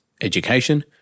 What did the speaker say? education